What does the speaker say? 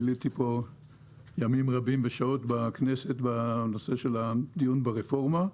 ביליתי ימים רבים ושעות רבות בכנסת בעת הדיון ברפורמה.